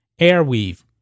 Airweave